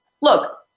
Look